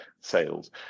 sales